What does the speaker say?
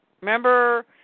Remember